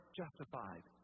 justified